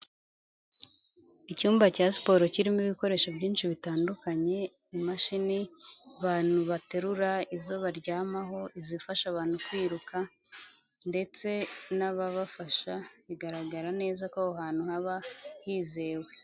Icyumba cya siporo kirimo ibikoresho byinshi bitandukanye, imashini abantu baterura, izo baryamaho, izifasha abantu kwiruka ndetse n'ababafasha bigaragara neza ko aho hantu haba hizewe.